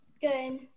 Good